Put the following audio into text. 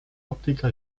óptica